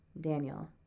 Daniel